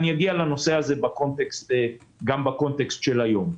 אגיע לנושא הזה גם בקונטקסט של היום.